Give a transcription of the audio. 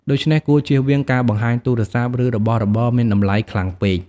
ដូច្នេះគួរជៀសវាងការបង្ហាញទូរស័ព្ទ ឬរបស់របរមានតម្លៃខ្លាំងពេក។